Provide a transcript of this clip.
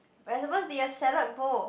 but it's supposed to be a salad bowl